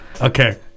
okay